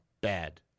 Bad